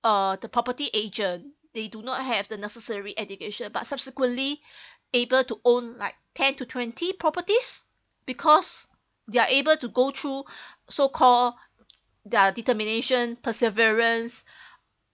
uh the property agent they do not have the necessary education but subsequently able to own like ten to twenty properties because they're able to go through so call their determination perseverance